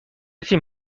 تیم